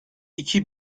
iki